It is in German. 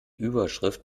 überschrift